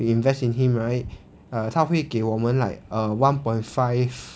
we invest in him right err 他会给我们 like err one point five